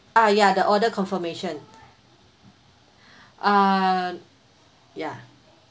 ah ya the order confirmation ah ya